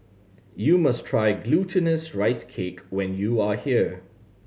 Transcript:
you must try Glutinous Rice Cake when you are here